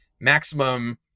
maximum